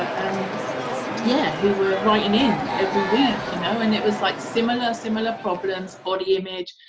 ah um yeah, who were writing in every week you know and it was like similar, similar problems, body image,